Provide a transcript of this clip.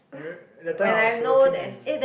that time I was working in